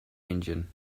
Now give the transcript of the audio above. engine